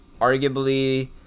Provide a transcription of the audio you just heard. arguably